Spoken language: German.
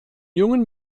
jungen